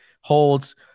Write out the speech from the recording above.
holds